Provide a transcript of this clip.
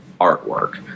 artwork